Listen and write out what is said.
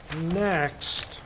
Next